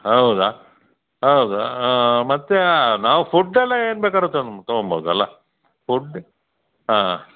ಹೌದಾ ಹೌದಾ ಮತ್ತು ನಾವು ಫುಡ್ ಅಲ್ವ ಏನು ಬೇಕಾದ್ರು ತಗೋ ತಗೊಳ್ಬೋದು ಅಲ್ವ ಫುಡ್ ಹಾಂ